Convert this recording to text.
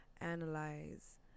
analyze